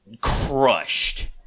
crushed